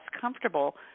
comfortable